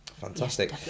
Fantastic